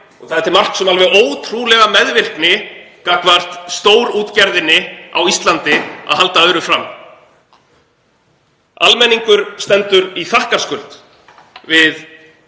og það er til marks um alveg ótrúlega meðvirkni gagnvart stórútgerðinni á Íslandi að halda öðru fram. Almenningur stendur í þakkarskuld við